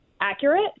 accurate